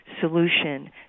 solution